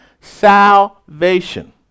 salvation